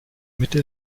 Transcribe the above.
mitte